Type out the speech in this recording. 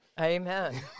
amen